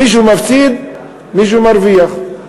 מישהו מפסיד, מישהו מרוויח.